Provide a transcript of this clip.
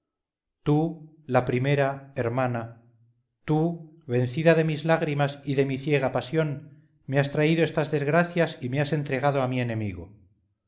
tú la primera hermana tú vencida de mis lágrimas y de mi ciega pasión me has traído estas desgracias y me has entregado a mi enemigo